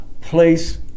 place